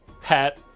Pat